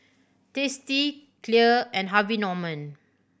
Tasty Clear and Harvey Norman